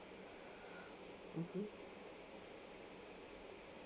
mmhmm